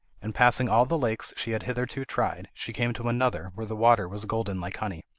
and passing all the lakes she had hitherto tried, she came to another, where the water was golden like honey.